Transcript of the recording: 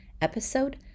episode